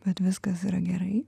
bet viskas yra gerai